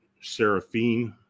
Seraphine